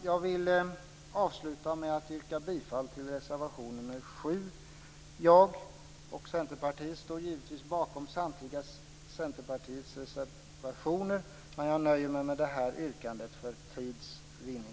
Jag vill avsluta med att yrka bifall till reservation nr 7. Jag och Centerpartiet står givetvis bakom samtliga Centerpartiets reservationer, men jag nöjer mig med detta yrkande för tids vinning.